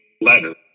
letter